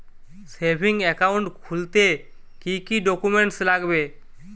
Savings account খুলতে কি কি ডকুমেন্টস লাগবে?